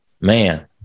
man